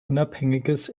unabhängiges